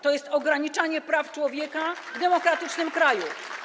To jest ograniczanie praw człowieka w demokratycznym kraju.